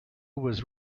was